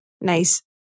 nice